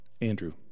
Andrew